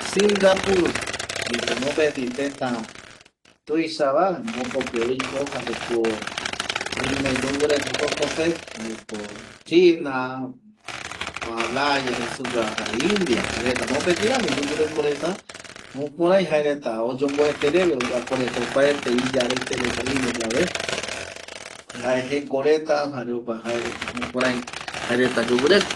Singapur yepe mopeti tëta tuisava jaema jokope oiko jaeko oime yoguɨreko jokope jaeko china, malaya jei supeva jare india jaereta mopeti rami yoguɨreko reta jukurai jaereta oyomboete reve oyapo reta opaete iya rete rete reta oime yave jae jeko reta jare jokua jukurai jaereta yoguɨreko